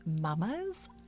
mamas